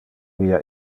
via